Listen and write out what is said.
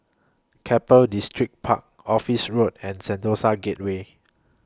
Keppel Distripark Office Road and Sentosa Gateway